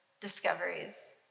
discoveries